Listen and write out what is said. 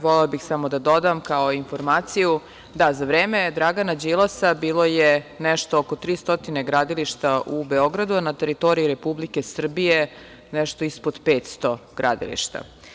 Volela bih samo da dodam kao informaciju, da za vreme Dragana Đilasa bilo je nešto oko 300 gradilišta u Beogradu, a na teritoriji Republike Srbije nešto ispod 500 gradilišta.